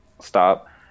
stop